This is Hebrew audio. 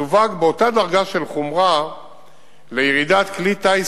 מסווג באותה דרגה של חומרה לירידת כלי-טיס